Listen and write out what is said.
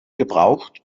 gebraucht